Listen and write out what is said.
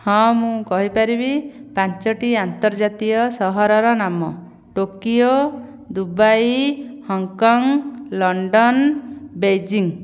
ହଁ ମୁଁ କହିପାରିବି ପାଞ୍ଚଟି ଆନ୍ତର୍ଜାତୀୟ ସହରର ନାମ Tokyo Dubai Hong Kong London Beijing